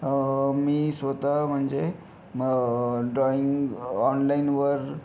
मी स्वतः म्हणजे ड्रॉइंग ऑनलाइनवर